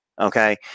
Okay